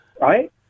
Right